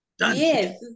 Yes